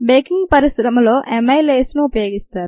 baking పరిశ్రమలో అమైలేసెస్ను ఉపయోగిస్తారు